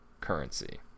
currency